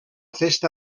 festa